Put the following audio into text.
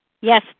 Yes